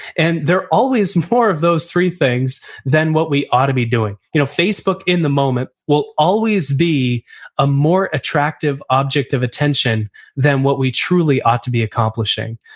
and there are always more of those three things than what we ought to be doing you know facebook in the moment will always be a more attractive object of attention than what we truly ought to be accomplishing.